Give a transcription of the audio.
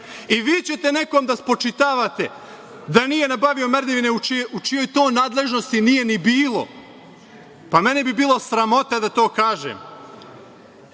I, vi ćete nekom da spočitavate da nije nabavio merdevine u čijoj to nadležnosti nije ni bilo. Pa, mene bi bilo sramota da to kažem. Svi